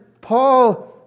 Paul